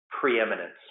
preeminence